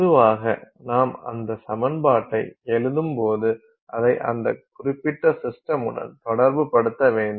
பொதுவாக நாம் அந்த சமன்பாட்டை எழுதும்போது அதை அந்த குறிப்பிட்ட சிஸ்டமுடன் தொடர்பு படுத்த வேண்டும்